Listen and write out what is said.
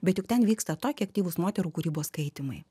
bet juk ten vyksta tokie aktyvūs moterų kūrybos skaitymai